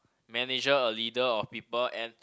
manager a leader of people and